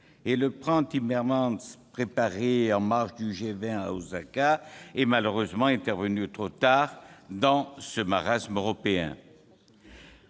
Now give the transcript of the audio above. Timmermans, préparé en marge du G20 à Osaka, est malheureusement intervenu trop tard dans ce marasme européen.